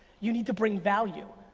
you need to bring value.